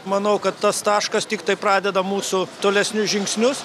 manau kad tas taškas tiktai pradeda mūsų tolesnius žingsnius